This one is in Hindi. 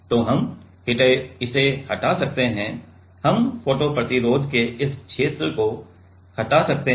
तो हम इसे हटा सकते हैं हम फोटो प्रतिरोध के इस क्षेत्र को हटा सकते हैं